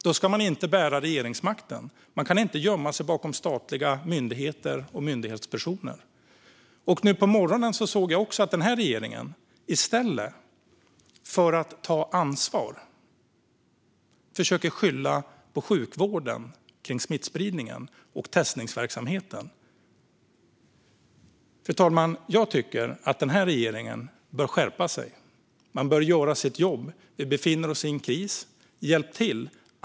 Då ska man inte bära regeringsmakten. Man kan inte gömma sig bakom statliga myndigheter och myndighetspersoner. Nu på morgonen såg jag också att regeringen i stället för att ta ansvar försöker skylla på sjukvården när det gäller smittspridningen och testningsverksamheten. Fru talman! Jag tycker att den här regeringen bör skärpa sig. Den bör göra sitt jobb. Vi befinner oss i en kris. Hjälp till!